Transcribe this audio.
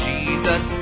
Jesus